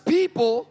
people